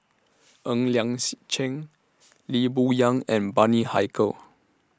Ng Liang C Chiang Lee Boon Yang and Bani Haykal